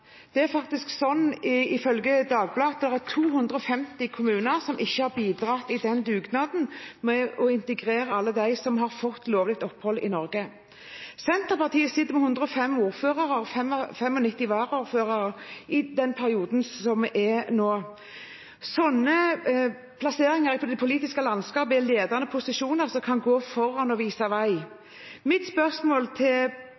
Det er faktisk slik, ifølge Dagbladet, at 250 kommuner ikke har bidratt i dugnaden med å integrere alle dem som har fått lovlig opphold i Norge. Senterpartiet sitter med 105 ordførere og 95 varaordførere i denne perioden. I slike plasseringer ute i det politiske landskapet i ledende posisjoner kan man gå foran og vise vei. Mitt spørsmål til